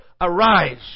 arise